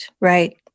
right